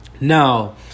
Now